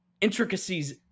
intricacies